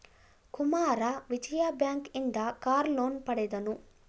Kumara Vijaya Bank ಇಂದ car loan ಪಡೆದನು